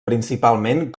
principalment